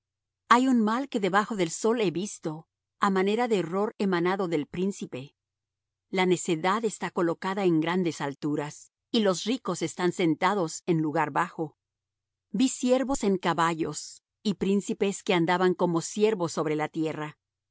hay un mal que debajo del sol he visto á manera de error emanado del príncipe la necedad está colocada en grandes alturas y los ricos están sentados en lugar bajo vi siervos en caballos y príncipes que andaban como siervos sobre la tierra